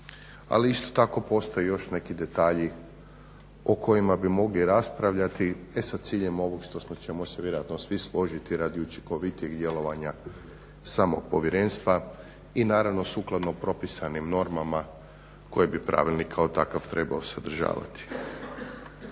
ali isto tako postoje još neki detalji o kojima bi mogli raspravljati sa ciljem ovog što smo, o čemu ćemo se vjerojatno svi složiti radi učinkovitijeg djelovanja samog povjerenstva i naravno sukladno propisanim normama koje bi pravilnik kao takav trebao sadržavati. Recimo